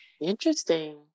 Interesting